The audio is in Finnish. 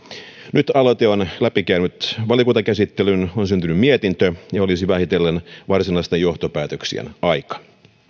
nyt aloite on läpikäynyt valiokuntakäsittelyn on syntynyt mietintö ja olisi vähitellen varsinaisten johtopäätöksien aika